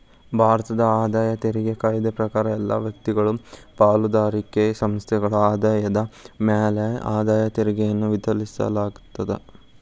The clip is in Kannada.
ಭಾರತದ ಆದಾಯ ತೆರಿಗೆ ಕಾಯ್ದೆ ಪ್ರಕಾರ ಎಲ್ಲಾ ವ್ಯಕ್ತಿಗಳು ಪಾಲುದಾರಿಕೆ ಸಂಸ್ಥೆಗಳ ಆದಾಯದ ಮ್ಯಾಲೆ ಆದಾಯ ತೆರಿಗೆಯನ್ನ ವಿಧಿಸಲಾಗ್ತದ